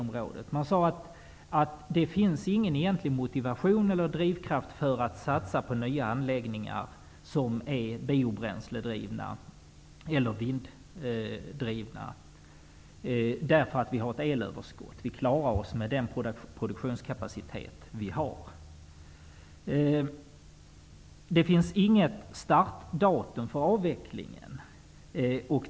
Man sade att det finns ingen egentlig motivation eller drivkraft för att satsa på nya anläggningar som är biobränsledrivna eller vinddrivna, därför att vi har ett elöverskott och klarar oss med den produktionskapacitet vi har. Det finns inget startdatum för avvecklingen.